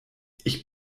ich